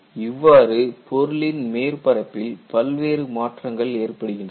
இவ்வாறு பொருளின் மேற்பரப்பில் பல்வேறு மாற்றங்கள் ஏற்படுகின்றன